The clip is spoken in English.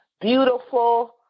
beautiful